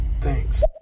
Thanks